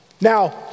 Now